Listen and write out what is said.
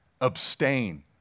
abstain